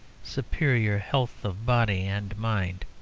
superior health of body and mind.